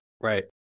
right